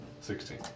Sixteen